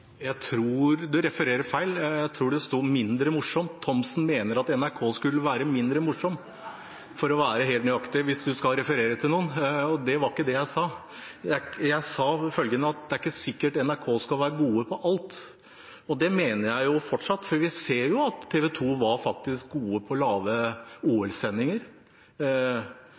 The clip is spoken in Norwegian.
at NRK skulle være mindre morsom, for å være helt nøyaktig. Det var ikke det jeg sa. Jeg sa følgende, at det er ikke sikkert at NRK skal være gode på alt. Og det mener jeg fortsatt, for vi ser at TV 2 faktisk var gode på